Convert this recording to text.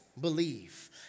believe